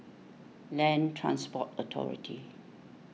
Land Transport Authority